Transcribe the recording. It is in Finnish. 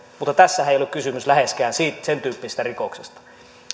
mutta tässähän ei ollut kysymys läheskään sentyyppisestä rikoksesta